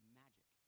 magic